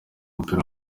mupira